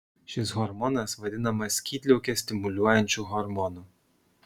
šis hormonas vadinamas skydliaukę stimuliuojančiu hormonu